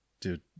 Dude